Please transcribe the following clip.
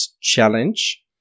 Challenge